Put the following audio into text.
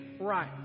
right